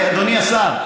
אדוני השר,